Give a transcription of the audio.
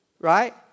Right